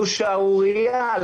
זו שערורייה.